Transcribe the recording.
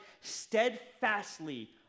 steadfastly